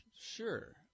Sure